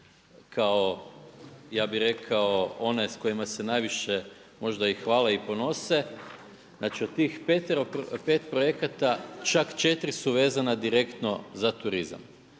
kao ja bih rekao one s kojima se najviše možda i hvale i ponose. Znači od tih pet projekata čak 4 su vezana direktno za turizam.